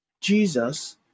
Jesus